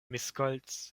miskolc